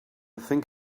think